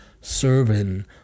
serving